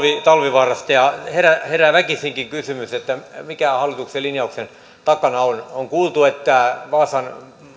talvivaarasta herää herää väkisinkin kysymys mikä on hallituksen linjauksen takana on on kuultu että vaasan